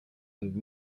and